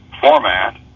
format